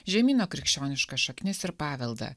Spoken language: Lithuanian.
žemyno krikščioniškas šaknis ir paveldą